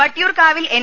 വട്ടിയൂർക്കാവിൽ എൻ